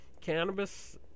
Cannabis